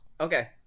Okay